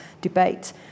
debate